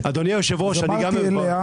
דיברתי אליה